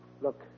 look